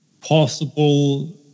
possible